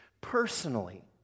Personally